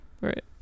Right